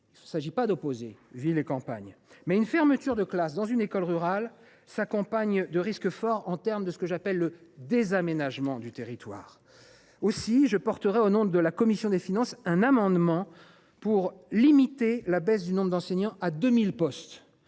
Il ne s’agit pas d’opposer ville et campagne, mais une fermeture de classe dans une école rurale s’accompagne de risques forts du point de vue de ce que j’appelle le « désaménagement du territoire ». Aussi, au nom de la commission des finances, je défendrai un amendement visant à limiter la baisse du nombre d’enseignants à 2 000 postes,